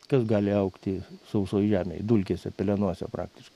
kas gali augti sausoj žemėj dulkėse pelenuose praktiškai